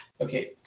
okay